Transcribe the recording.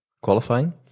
qualifying